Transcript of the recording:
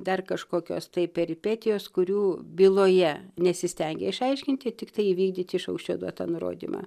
dar kažkokios tai peripetijos kurių byloje nesistengė išaiškinti tiktai įvykdyti iš aukščiau duotą nurodymą